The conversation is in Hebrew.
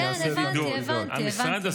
כן, הבנתי, הבנתי, הבנתי.